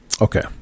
Okay